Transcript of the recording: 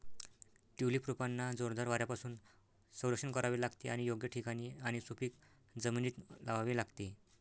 tulip रोपांना जोरदार वाऱ्यापासून संरक्षण करावे लागते आणि योग्य ठिकाणी आणि सुपीक जमिनीत लावावे लागते